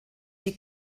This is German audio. die